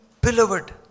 beloved